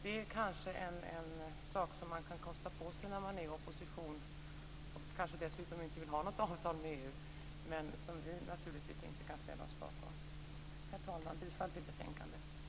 Det är något man kanske kan kosta på sig när man är i opposition, och kanske dessutom inte vill ha något avtal med EU, men som vi socialdemokrater naturligtvis inte kan ställa oss bakom. Herr talman! Jag yrkar alltså bifall till utskottets hemställan i betänkandet.